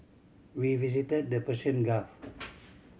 we visited the Persian Gulf